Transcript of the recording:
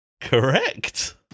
Correct